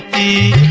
a